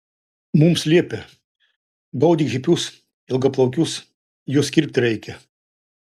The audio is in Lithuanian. mums liepia gaudyk hipius ilgaplaukius juos kirpti reikia